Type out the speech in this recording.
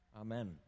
Amen